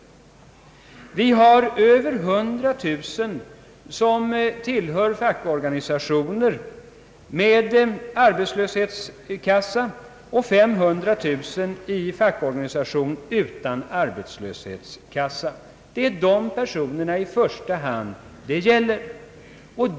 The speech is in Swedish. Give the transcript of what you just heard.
Av dessa är det över 100 000 personer, som tillhör fackorganisationer med arbetslöshetskassa, och 500 000 personer i fackorganisationer utan arbetslöshetskassa. Det är i första hand dessa personer som det gäller.